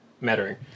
mattering